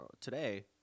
today